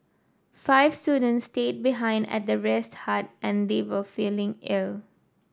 five students stayed behind at the rest hut as they were feeling ill